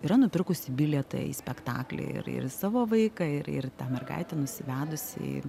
yra nupirkusi bilietą į spektaklį ir ir savo vaiką ir ir tą mergaitę nusivedusi į